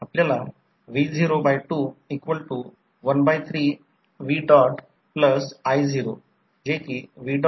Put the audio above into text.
आपण सर्व सेकंडरी परमीटर्सला प्रायमरी साईडमध्ये रुपांतरित करतो आणि हे V1 आहे हे एक प्रायमरी आहे ज्याला परासाईट परमीटर्स म्हणतात याला प्रायमरी साईडचे परमीटर्स देखील म्हणतात